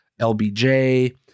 LBJ